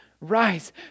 Rise